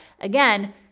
again